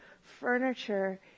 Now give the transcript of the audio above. furniture